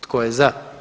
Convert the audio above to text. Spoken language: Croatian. Tko je za?